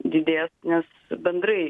didės nes bendrai